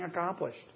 accomplished